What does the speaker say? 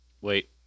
wait